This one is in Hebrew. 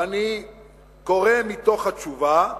ואני קורא מתוך התשובה: